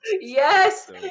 yes